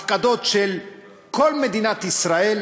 הפקדות של כל מדינת ישראל.